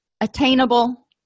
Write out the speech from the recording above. attainable